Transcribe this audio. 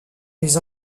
les